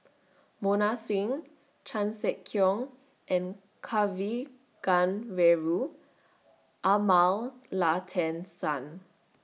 Mohan Singh Chan Sek Keong and Kavignareru Amallathasan